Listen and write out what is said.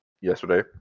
yesterday